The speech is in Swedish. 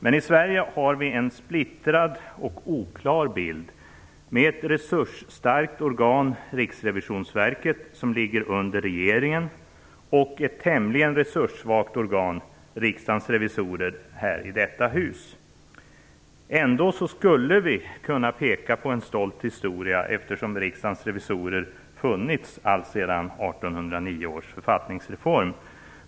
Men i Sverige har vi en splittrad och oklar bild, med ett resursstarkt organ, Riksrevisionsverket som ligger under regeringen, och ett tämligen resurssvagt organ, Riksdagens revisorer här i detta hus. Ändå skulle vi kunna peka på en stolt historia, eftersom Riksdagens revisorer funnits allt sedan 1809 års författningsreform.